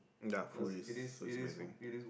ya food is food is amazing